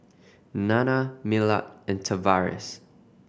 Nanna Millard and Tavares